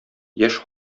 яшь